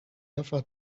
offered